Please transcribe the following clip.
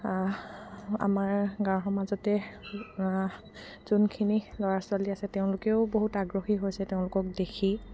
আমাৰ গাঁও সমাজতে যোনখিনি ল'ৰা ছোৱালী আছে তেওঁলোকেও বহুত আগ্ৰহী হৈছে তেওঁলোকক দেখি